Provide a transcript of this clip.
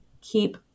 keep